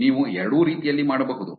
ನೀವು ಎರಡೂ ರೀತಿಯಲ್ಲಿ ಮಾಡಬಹುದು